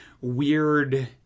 weird